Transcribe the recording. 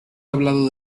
hablado